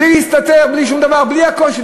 בלי להסתתר, בלי שום דבר, בלי הקושי.